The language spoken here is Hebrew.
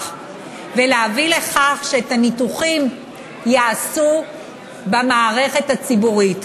ולהביא לכך שאת הניתוחים יעשו במערכת הציבורית.